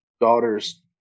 daughters